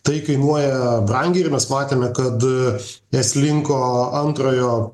tai kainuoja brangiai ir mes matėme kad eslinko antrojo